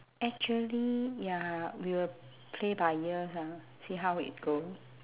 actually ya we will play by ears ah see how it goes